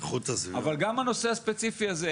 אבל גם הנושא הספציפי הזה,